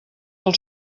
del